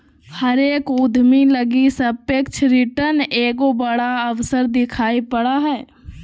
हरेक उद्यमी लगी सापेक्ष रिटर्न एगो बड़ा अवसर दिखाई पड़ा हइ